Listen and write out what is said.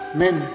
men